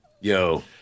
yo